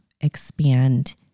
expand